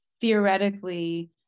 theoretically